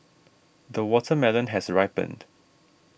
the watermelon has ripened